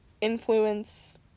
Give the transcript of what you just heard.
influence